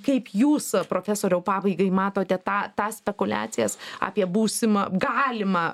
kaip jūs profesoriau pabaigai matote tą tą spekuliacijas apie būsimą galimą